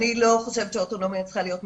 אני לא חושבת שהאוטונומיה צריכה להיות מסוימת,